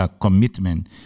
commitment